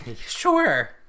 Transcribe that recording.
Sure